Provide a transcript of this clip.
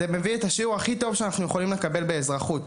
זה מעביר את השיעור הכי טוב שאנחנו יכולים לקבל באזרחות.